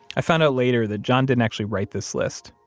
i found out later that john didn't actually write this list.